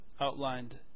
outlined